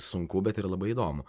sunku bet yra labai įdomu